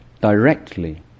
directly